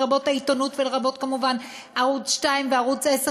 לרבות העיתונות ולרבות כמובן ערוץ 2 וערוץ 10,